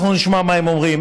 אנחנו נשמע מה הם אומרים.